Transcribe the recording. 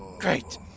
Great